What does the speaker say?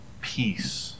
peace